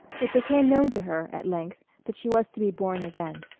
it became known to her, at length, that she was to be born again.